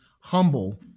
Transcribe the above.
humble